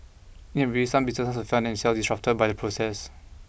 some businesses will find themselves disrupted by the process